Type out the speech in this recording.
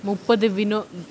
முப்பது வினா:mupppathu vinaa